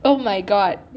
oh my god did that t(um)